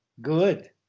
good